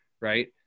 right